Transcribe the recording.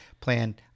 plan